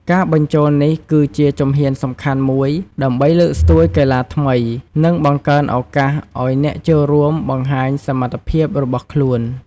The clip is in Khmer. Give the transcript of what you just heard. ការបញ្ចូលនេះគឺជាជំហានសំខាន់មួយដើម្បីលើកស្ទួយកីឡាថ្មី និងបង្កើតឱកាសឱ្យអ្នកចូលរួមបង្ហាញសមត្ថភាពរបស់ខ្លួន។